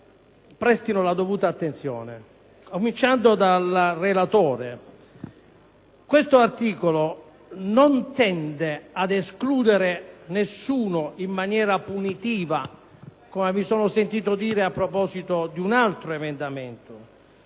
prestino la dovuta attenzione, cominciando dal relatore. Questo emendamento non tende ad escludere nessuno in maniera punitiva, come mi sono sentito dire a proposito di un altro emendamento.